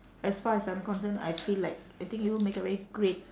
as far as I'm concerned I feel like I think you'll make a very great